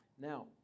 Now